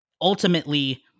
ultimately